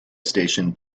station